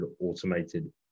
automated